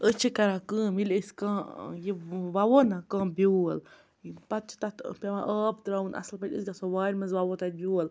أسۍ چھِ کَران کٲم ییٚلہِ أسۍ کانٛہہ ٲں یہِ وَوو نا کانٛہہ بیٛول پَتہٕ چھِ تَتھ ٲں پیٚوان آب ترٛاوُن اصٕل پٲٹھۍ أسۍ گَژھو وارِ مَنٛز وَوو تَتہِ بیٛول